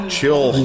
Chill